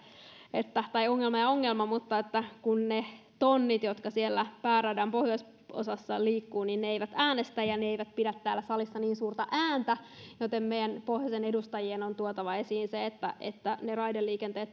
tai ongelma ja ongelma että kun ne tonnit jotka siellä pääradan pohjoisosassa liikkuvat eivät äänestä ja ne eivät pidä täällä salissa niin suurta ääntä meidän pohjoisen edustajien on tuotava esiin se että että raideliikenne